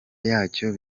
yacyo